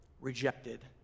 rejected